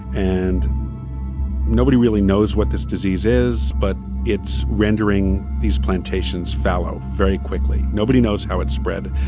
and nobody really knows what this disease is, but it's rendering these plantations fallow very quickly. nobody knows how it spread.